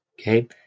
Okay